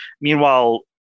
Meanwhile